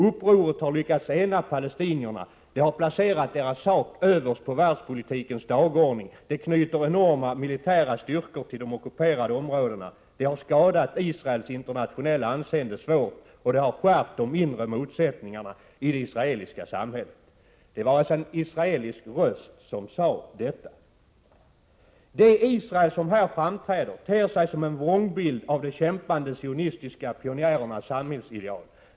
Upproret har lyckats ena palestinierna, det har placerat deras sak överst på världspolitikens dagordning, det knyter enorma militära styrkor till de ockuperade områdena, det har skadat Israels internationella anseende svårt och det har skärpt de inre motsättningarna i det israeliska samhället.” Det var alltså en israelisk röst. Det Israel som här framträder ter sig som en vrångbild av de kämpande sionistiska pionjärernas samhällsideal.